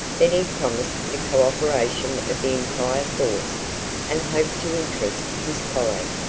then he promised the cooperation of the entire force and hoped to interest his colleague,